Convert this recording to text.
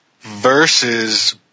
versus